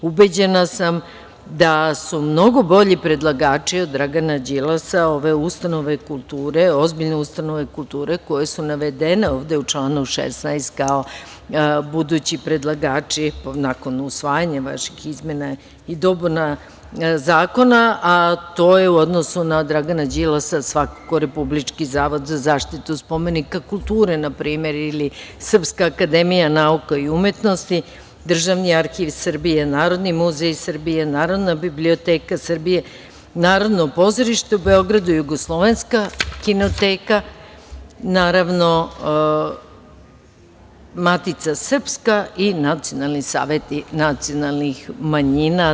Ubeđena sam da su mnogo bolji predlagači od Dragana Đilasa, ove ustanove kulture, ozbiljne ustanove kulture koje su navedene ovde u članu 16. kao budući predlagači nakon usvajanja vaših izmena i dopuna zakona, a to je u odnosu na Dragana Đilasa svakako Republički zavod za zaštitu spomenika kulture npr. ili Srpska akademija nauka i umetnosti, Državni arhiv Srbije, Narodni muzej Srbije, Narodna biblioteka Srbije, Narodno pozorište u Beogradu, Jugoslovenska kinoteka, naravno Matica srpska i nacionalni saveti nacionalnih manjina.